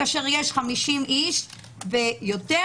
כשיש 50 איש ויותר.